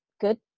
good